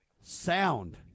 sound